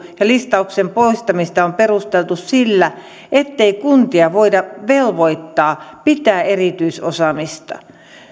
ja listauksen poistamista on perusteltu sillä ettei kuntia voida velvoittaa pitämään erityisosaamista